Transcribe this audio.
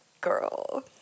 girl